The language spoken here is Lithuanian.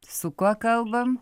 su kuo kalbam